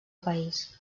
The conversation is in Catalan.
país